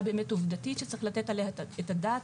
באמת עובדתית שצריך לתת עליה את הדעת,